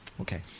Okay